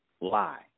lie